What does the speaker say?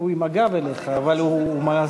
הוא עם הגב אליך, אבל הוא מאזין.